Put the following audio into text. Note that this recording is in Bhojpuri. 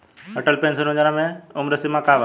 अटल पेंशन योजना मे उम्र सीमा का बा?